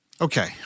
Okay